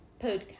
podcast